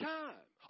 time